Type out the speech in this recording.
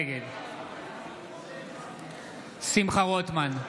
נגד שמחה רוטמן,